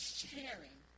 sharing